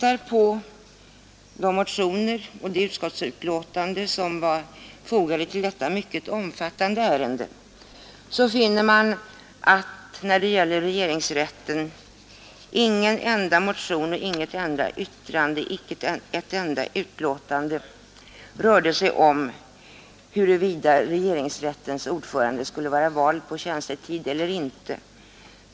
Av motionerna och utskottsbetänkandet i detta mycket omfattande ärende framgår att när det gäller regeringsrätten ingen enda motion, inget enda yttrande eller betänkande rörde sig om huruvida regeringsrättens ordförande skulle vara vald på tjänstetid eller inte.